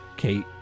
Kate